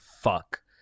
fuck